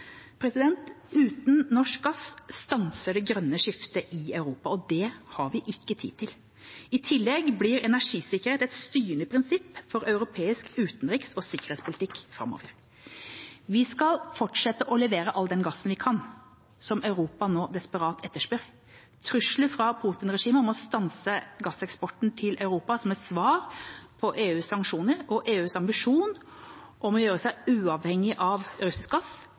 Uten norsk gass stanser det grønne skiftet i Europa, og det har vi ikke tid til. I tillegg blir energisikkerhet et styrende prinsipp for europeisk utenriks- og sikkerhetspolitikk framover. Vi skal fortsette å levere all den gassen vi kan, som Europa nå desperat etterspør. Trusler fra Putin-regimet om å stanse gasseksporten til Europa som et svar på EUs sanksjoner, og EUs ambisjon om å gjøre seg uavhengig av russisk gass,